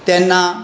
तेन्ना